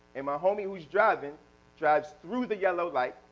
and my homey who is driving drives through the yellow light,